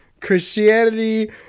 Christianity